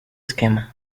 esquema